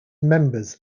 members